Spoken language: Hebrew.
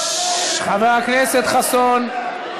חבר הכנסת חסון,